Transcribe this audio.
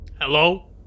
Hello